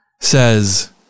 says